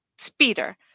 speeder